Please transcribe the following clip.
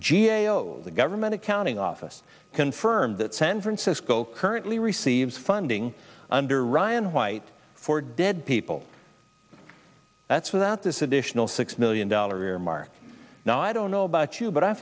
g a o the government accounting office confirmed that san francisco currently receives funding under ryan white for dead people that's without this additional six million dollar earmark now i don't know about you but i